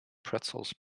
pretzels